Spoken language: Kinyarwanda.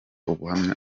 ubuhamya